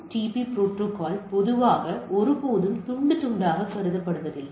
BOOTP protocol பொதுவாக ஒருபோதும் துண்டு துண்டாக கருதப்படுவதில்லை